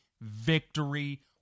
Victory